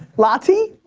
lati?